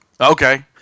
Okay